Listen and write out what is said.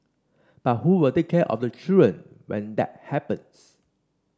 but who will take care of the children when that happens